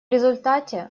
результате